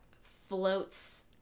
floats